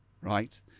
Right